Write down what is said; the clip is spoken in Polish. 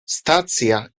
stacja